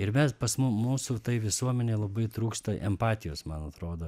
ir mes pas mūsų tai visuomenei labai trūksta empatijos man atrodo